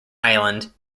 island